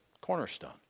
Cornerstone